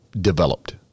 developed